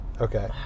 Okay